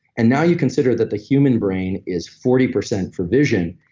and now you consider that the human brain is forty percent for vision,